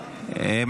בבקשה.